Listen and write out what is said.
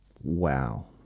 Wow